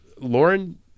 Lauren